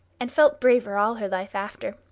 and felt braver all her life after.